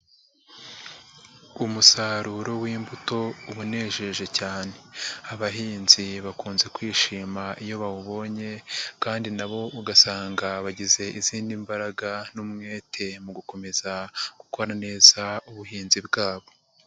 Umusaruro w'imbuto unejeje cyane, abahinzi bakunze kwishima iyo bawubonye kandi nabo ugasanga bagize izindi mbaraga n'umwete mu gukomeza gukora neza ubuhinzi bwabo.